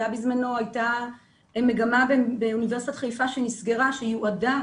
בזמנו הייתה מגמה באוניברסיטת חיפה שנסגרה, שיועדה